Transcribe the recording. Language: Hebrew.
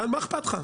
מה אכפת לך?